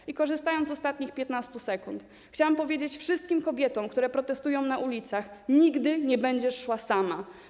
I korzystając z ostatnich 15 sekund, chciałam powiedzieć wszystkim kobietom, które protestują na ulicach: Nigdy nie będziesz szła sama.